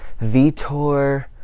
Vitor